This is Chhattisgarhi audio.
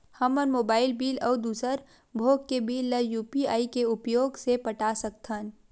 हमन मोबाइल बिल अउ दूसर भोग के बिल ला यू.पी.आई के उपयोग से पटा सकथन